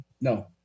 no